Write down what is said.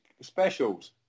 specials